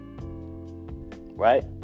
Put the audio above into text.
right